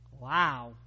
wow